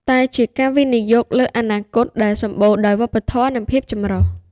តែជាការវិនិយោគលើអនាគតដែលសម្បូរដោយវប្បធម៌និងភាពចម្រុះ។